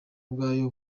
bwayo